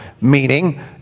Meaning